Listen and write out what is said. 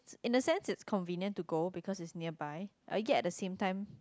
in a sense it's convenient to go because it's nearby but yet at the same time